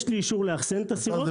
יש לי אישור לאחסן את הסירות,